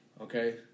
Okay